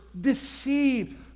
deceive